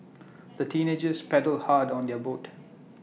the teenagers paddled hard on their boat